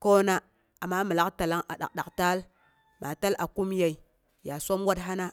koona, amma min lak talang a dak'dak taal, ma tal a koomyəi sɨ koona ha na